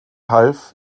half